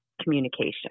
communication